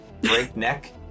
breakneck